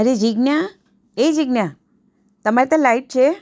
અરે જીજ્ઞા એ જીજ્ઞા તમારા ત્યાં લાઈટ છે